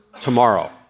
tomorrow